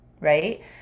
right